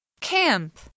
Camp